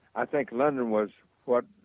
i think london was what